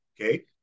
okay